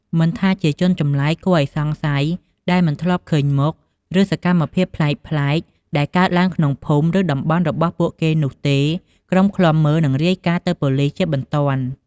មិនថាជា ជនចម្លែកគួរឱ្យសង្ស័យ ដែលមិនធ្លាប់ឃើញមុខ ឬ សកម្មភាពប្លែកៗដែលកើតឡើងក្នុងភូមិ ឬតំបន់របស់ពួកគេនោះទេ ក្រុមឃ្លាំមើលនឹងរាយការណ៍ទៅប៉ូលិសជាបន្ទាន់។